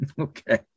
Okay